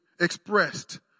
expressed